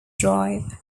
drive